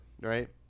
right